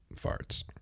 farts